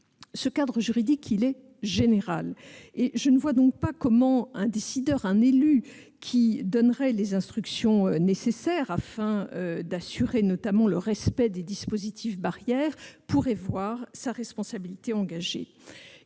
Ce cadre juridique étant général, je ne vois pas comment un décideur, un élu qui donnerait des instructions afin d'assurer notamment le respect des dispositifs barrières pourrait voir sa responsabilité engagée.